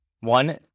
One